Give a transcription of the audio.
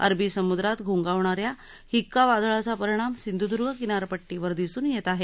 अरबी समुद्रात घोंगावणा या हिक्का वादळाचा परिणाम सिंधुद्ग किनारपट्टीवर दिसून येत आहे